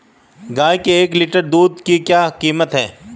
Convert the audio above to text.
गाय के एक लीटर दूध की क्या कीमत है?